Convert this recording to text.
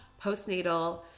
Postnatal